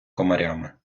комарями